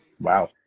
Wow